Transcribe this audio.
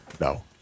No